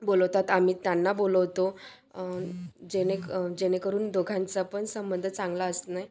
बोलावतात आम्ही त्यांना बोलावतो जेणेक जेणेकरून दोघांचा पण संबंध चांगला असनाए